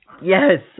Yes